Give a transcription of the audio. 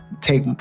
Take